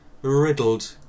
riddled